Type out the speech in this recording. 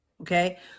okay